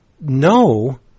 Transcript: no